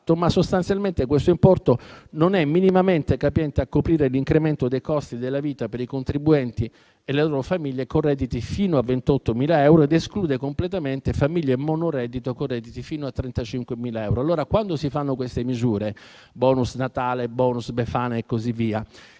ma sostanzialmente questo importo non è minimamente capiente a coprire l'incremento dei costi della vita per i contribuenti e le loro famiglie con redditi fino a 28.000 euro ed esclude completamente famiglie monoreddito, con redditi fino a 35.000 euro. Allora, quando si fanno queste misure (*bonus* Natale, *bonus* Befana e così via)